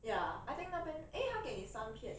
ya I think 那边 eh 他给你三片